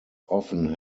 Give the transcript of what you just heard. often